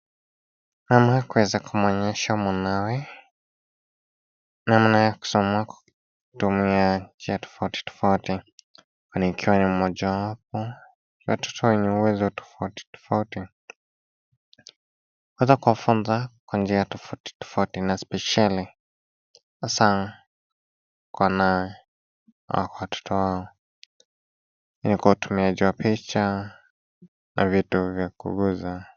Mama akiweza kumuonyesha mwanawe namna ya kusoma kwa kutumia vyeti tofauti tofauti ikiwa mojawapo watoto wenye uwezo tofauti tofauti. Kwanza kuwafunza kwa njia tofautitofauti na spesheli sana kwa wanawe likiwa na picha na vitu vya kuguza.